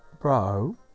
bro